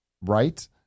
right